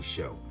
Show